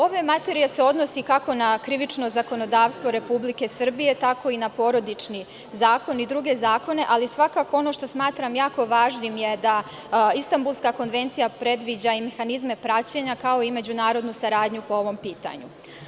Ova materija se odnosi kako na krivično zakonodavstvo Republike Srbije, tako i na Porodični zakon i druge zakone, ali svakako ono što smatram jako važnim je da Istanbulska konvencija predviđa i mehanizme praćenja, kao i međunarodnu saradnju po ovom pitanju.